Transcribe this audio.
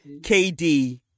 KD